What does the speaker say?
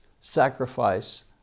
sacrifice